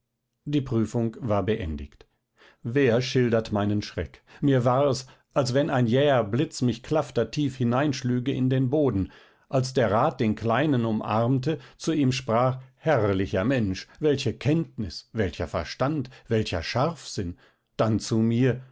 die prüfung war beendigt wer schildert meinen schreck mir war es als wenn ein jäher blitz mich klaftertief hineinschlüge in den boden als der rat den kleinen umarmte zu ihm sprach herrlicher mensch welche kenntnis welcher verstand welcher scharfsinn dann zu mir